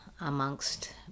amongst